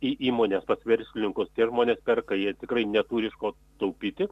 į įmonės pas verslininkus tie žmonės perka jie tikrai neturi iš ko taupyti